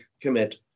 commit